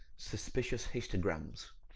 suspicious histograms.